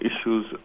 issues